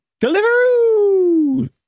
Deliveroo